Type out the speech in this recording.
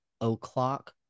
o'clock